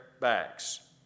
backs